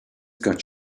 got